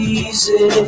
easy